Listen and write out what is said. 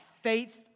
faith